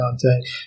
content